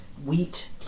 Wheat